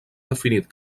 definit